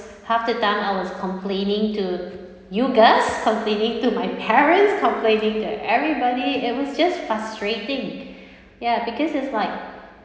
half the time I was complaining to you girls complaining to my parents complaining to everybody it was just frustrating ya because it's like